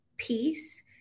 peace